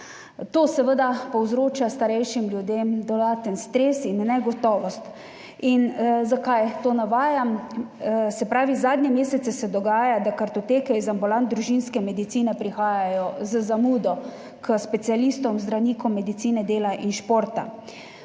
To seveda povzroča starejšim ljudem dodaten stres in negotovost. In zakaj to navajam? Zadnje mesece se dogaja, da kartoteke iz ambulant družinske medicine prihajajo z zamudo k zdravnikom specialistom medicine dela in športa.